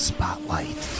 Spotlight